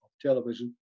television